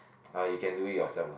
ah you can do it yourself lah